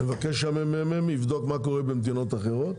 אבקש שהממ"מ יבדוק מה קורה במדינות אחרות.